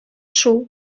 шул